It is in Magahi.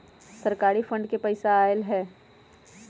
सरकारी फंड से पईसा आयल ह?